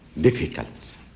difficult